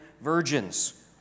virgins